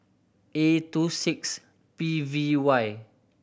A two six P V Y